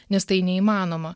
nes tai neįmanoma